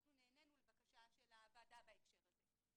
אנחנו נענינו לבקשה של הוועדה בהקשר הזה.